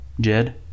Jed